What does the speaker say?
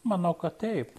manau kad taip